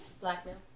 blackmail